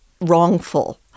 wrongful